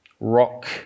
Rock